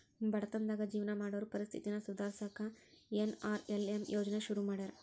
ಬಡತನದಾಗ ಜೇವನ ಮಾಡೋರ್ ಪರಿಸ್ಥಿತಿನ ಸುಧಾರ್ಸಕ ಎನ್.ಆರ್.ಎಲ್.ಎಂ ಯೋಜ್ನಾ ಶುರು ಮಾಡ್ಯಾರ